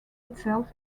itself